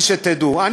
וחשוב לי שתדעו את זה.